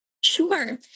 Sure